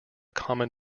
common